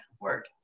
work